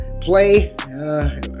play